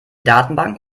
datenbank